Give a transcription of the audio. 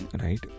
right